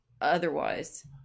otherwise